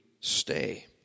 stay